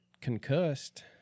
Concussed